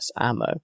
ammo